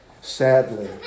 Sadly